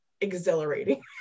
exhilarating